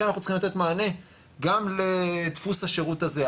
אנחנו צריכים לתת מענה גם לדפוס השירות הזה,